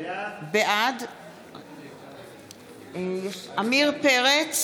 בעד עמיר פרץ,